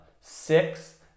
Six